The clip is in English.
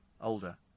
Older